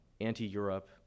anti-Europe